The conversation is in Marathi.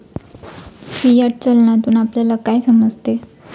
फियाट चलनातून आपल्याला काय समजते?